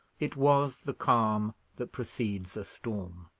it was the calm that precedes a storm.